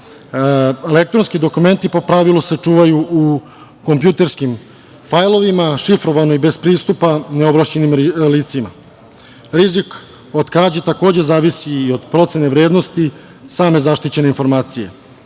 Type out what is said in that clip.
Elektronski dokumenti po pravilu se čuvaju u kompjuterskim fajlovima, šifrovano i bez pristupa neovlašćenim licima. Rizik od krađe takođe zavisi i od procene vrednosti same zaštićene informacije. Na